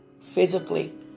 Physically